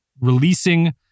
releasing